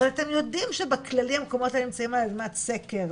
אבל אתם יודעים שבכללי הם נמצאים על אדמת סקר,